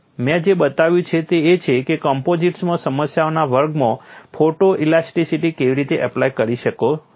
મેં જે બતાવ્યું છે તે એ છે કે કમ્પોઝિટ્સમાં સમસ્યાઓના વર્ગમાં ફોટોઇલાસ્ટિકિટી કેવી રીતે એપ્લાય કરી શકાય છે